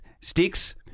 sticks